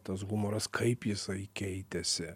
tas humoras kaip jisai keitėsi